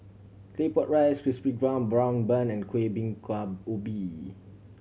Claypot Rice Crispy Golden Brown Bun and Kueh Bingka Ubi